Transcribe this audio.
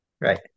right